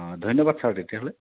অ ধন্যবাদ ছাৰ তেতিয়াহ'লে